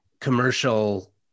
commercial